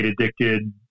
addicted